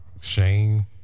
Shane